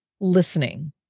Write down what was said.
listening